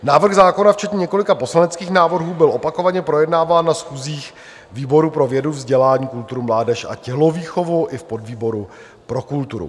Návrh zákona včetně několika poslaneckých návrhů byl opakovaně projednáván na schůzích výboru pro vědu, vzdělání, kulturu, mládež a tělovýchovu i v podvýboru pro kulturu.